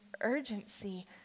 urgency